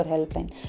Helpline